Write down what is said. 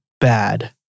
bad